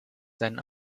seinen